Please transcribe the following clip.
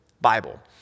bible